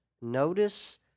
Notice